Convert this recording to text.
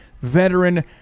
veteran